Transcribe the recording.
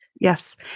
Yes